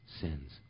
sins